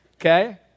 Okay